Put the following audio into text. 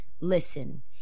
listen